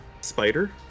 Spider